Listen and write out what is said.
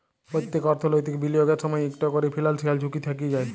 প্যত্তেক অর্থলৈতিক বিলিয়গের সময়ই ইকট ক্যরে ফিলান্সিয়াল ঝুঁকি থ্যাকে যায়